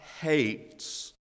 hates